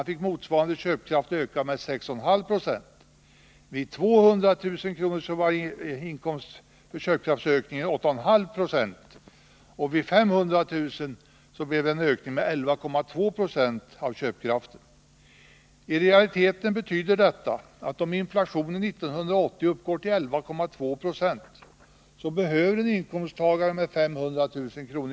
fick motsvarande köpkraft ökad med 6,5 90. Vid 200 000 kr. i inkomst var köpkraftsökningen 8,5 90 och vid 500 000 kr. 11,2 96. I realiteten betyder detta att om inflationen 1980 uppgår till 11,2 90 så behöver en inkomsttagare med 500 000 kr.